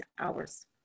hours